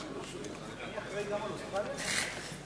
אדוני היושב-ראש,